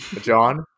john